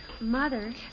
Mother